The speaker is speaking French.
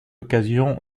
occasion